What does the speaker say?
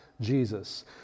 Jesus